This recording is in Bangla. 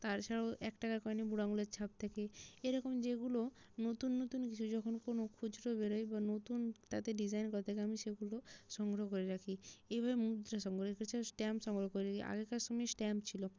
তার ছাড়াও এক টাকার কয়েনে বুড়ো আঙুলের ছাপ থাকে এরকম যেগুলো নতুন নতুন কিছু যখন কোনও খুচরো বেরোয় বা নতুন তাতে ডিজাইন করা থাকে আমি সেগুলো সংগ্রহ করে রাখি এইভাবে মুদ্রা সংগ্রহ করি তাছাড়া স্ট্যাম্প সংগ্রহ করি আগেকার সময়ে স্ট্যাম্প ছিল